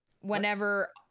Whenever